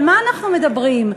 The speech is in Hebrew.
על מה אנחנו מדברים?